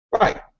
Right